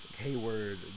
Hayward